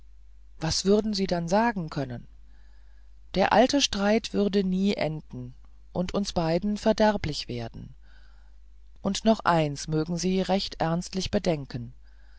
was würden sie sagen können der alte streit würde nie enden und uns beiden verderblich werden und noch eins mögen sie recht ernstlich bedenken